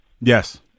Yes